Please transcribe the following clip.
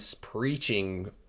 preaching